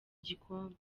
gikombe